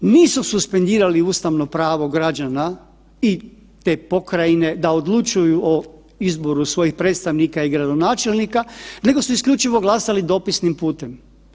Nisu suspendirali ustavno pravo građana i te pokrajine da odlučuju o izboru svojih predstavnika i gradonačelnika nego su isključivo glasali dopisnim putem.